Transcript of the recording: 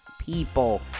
people